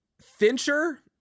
Fincher